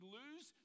lose